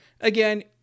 Again